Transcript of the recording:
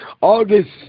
August